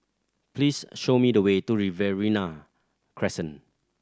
please show me the way to Riverina Crescent